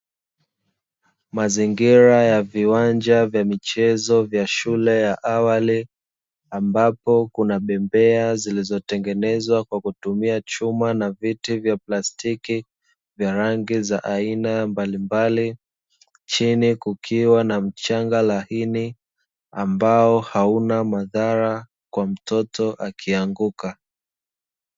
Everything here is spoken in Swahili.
Mazingira ya viwanja vya michezo vya shule ya awali ambapo kuna bembea zilizotengenezwa kwa kutumia chuma na viti vya plastiki vya rangi za aina mbalimbali, chini kukiwa na mchanga laini ambao hauna madhara kwa mtoto akianguka.